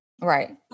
right